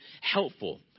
helpful